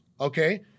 okay